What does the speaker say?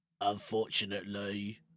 Unfortunately